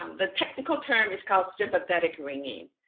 um the technical term is called sympathetic ringing.